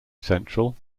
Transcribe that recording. central